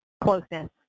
closeness